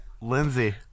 Lindsay